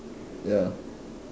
ya